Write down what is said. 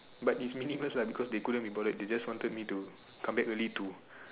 but it's meaningless lah cause they couldn't be bothered the just wanted me to come back early to